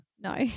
No